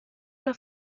una